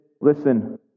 listen